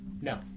No